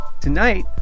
Tonight